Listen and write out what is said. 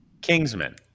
Kingsman